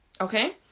okay